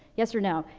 yes or no?